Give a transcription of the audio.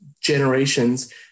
generations